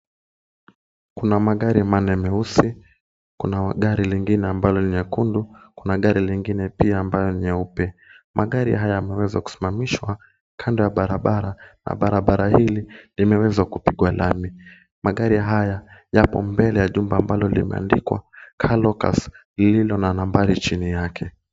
Kuna magari manne meusi, kuna gari lingine ambalo ni nyekundu, kuna gari lingine pia ambalo ni nyeupe. Magari haya yameweza kusimamishwa kando ya barabara na barabara hili limeweza kupigwa lami. Magari haya yapo mbele ya jumba ambalo limeandikwa Car Locus lililo na nambari chini yake.